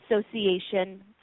Association